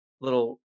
little